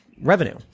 revenue